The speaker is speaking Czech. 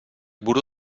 budu